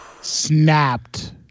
Snapped